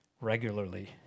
regularly